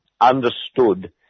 understood